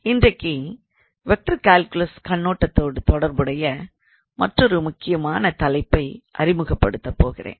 இன்றைக்கு vector calculus கண்ணோட்டத்தோடு தொடர்புடைய மற்றொரு முக்கியமான தலைப்பை அறிமுகப்படுத்தபோகிறேன்